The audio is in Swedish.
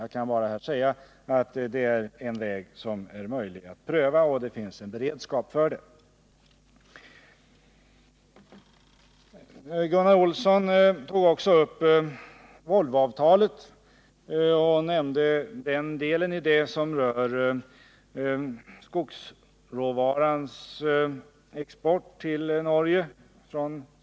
Jag kan bara upprepa att detta är en väg som är möjlig att pröva, och att det finns en beredskap för det. Gunnar Olsson tog också upp Volvoavtalet och nämnde den del i det som berör exporten av skogsråvara.